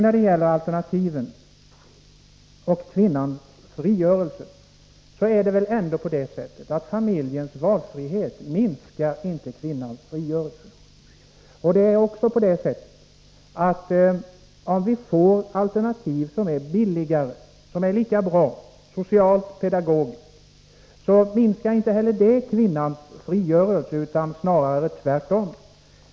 När det gäller alternativen och kvinnans frigörelse är det väl ändå på det sättet att familjens valfrihet inte minskar kvinnans frigörelse. Om vi får alternativ som är billigare och lika bra socialt och pedagogiskt minskar inte heller det kvinnans frigörelse, utan snarare tvärtom.